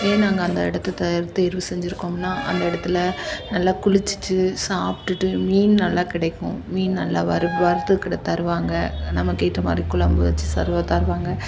ஏன் நாங்கள் அந்த இடத்தை தயார் தேர்வு செஞ்சுருக்கோம்னா அந்த இடத்துல நல்லா குளிச்சுட்டு சாப்பிட்டுட்டு மீன் நல்லா கிடைக்கும் மீன் நல்லா வறு வறுத்து தருவாங்க நம்ம கேட்டமாதிரி குழம்பு வச்சு சர்வா தருவாங்க